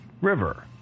River